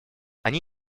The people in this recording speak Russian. они